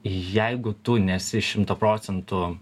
jeigu tu nesi šimtu procentų